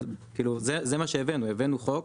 זה מה שהבאנו, הבאנו חוק.